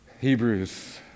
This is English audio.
Hebrews